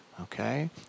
okay